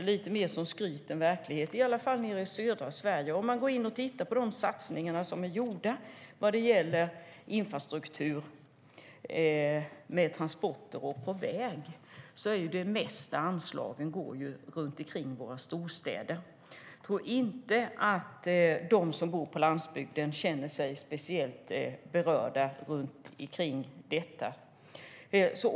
Det känns mer som skryt än verklighet, i alla fall nere i södra Sverige. I de satsningar som är gjorda på infrastruktur för transporter och vägar går det mesta av anslagen till våra storstadsområden. Jag tror inte att de som bor på landsbygden känner sig speciellt berörda av detta.